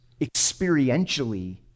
experientially